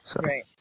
Right